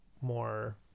more